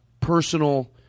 personal